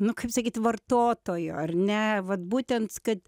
nu kaip sakyt vartotojo ar ne vat būtent kad